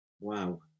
Wow